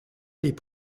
les